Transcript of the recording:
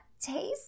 taste